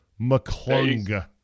McClung